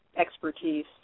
expertise